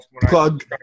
Plug